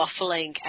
waffling